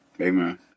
Amen